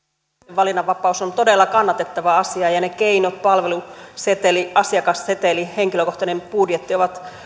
valinnanvapaus on todella kannatettava asia ja ja ne keinot palveluseteli asiakasseteli henkilökohtainen budjetti ovat